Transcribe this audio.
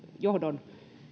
johdon